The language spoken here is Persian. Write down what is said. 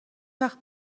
وقت